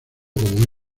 como